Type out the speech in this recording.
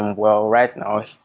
well right now,